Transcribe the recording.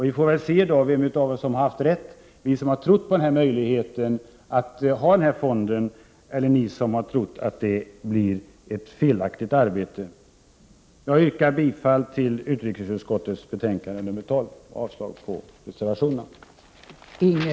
Vi får väl då se vem som har fått rätt, vi som har trott på möjligheten att ha fonden eller ni som har trott att det kommer att bli ett felaktigt arbete. Jag yrkar bifall till hemställan i utrikesutskottets betänkande 12 och avslag på reservationerna.